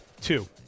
Two